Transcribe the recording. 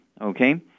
okay